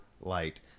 light